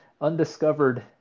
undiscovered